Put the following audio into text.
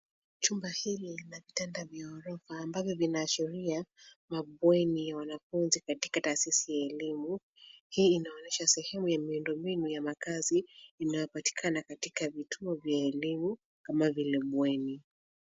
Chumba hili lina vitanda vya ghorofa ambavyo vinaashiria mabweni ya wanafunzi katika taasisi ya elimu. Hii inaonyesha sehemu ya miundombinu ya makaazi inayopatikana katika vituo vya elimu kama vile bweni.